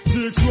Six